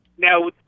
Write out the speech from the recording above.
Now